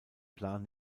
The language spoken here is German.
plan